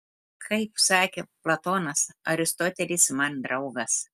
kaip sakė platonas aristotelis man draugas